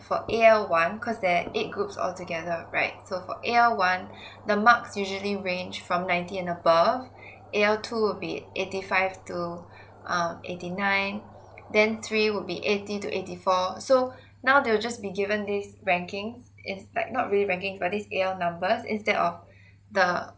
for A_L one cause there eight groups all together right so for A_L one the marks usually range from nineteen and above A_L two will be eighty five to um eighty nine then three would be eighty to eighty four so now they will just be given this ranking it's like not really ranking for this A_L numbers instead of the